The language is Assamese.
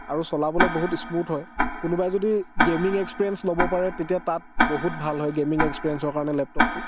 আৰু চলাবলৈ বহুত স্মুথ হয় কোনোবায়ে যদি গেমিং এক্সপ্ৰিয়েনছ ল'ব পাৰে তেতিয়া তাত বহুত ভাল হয় গেমিং এক্সপ্ৰিয়েনছৰ কাৰণে লেপটপটো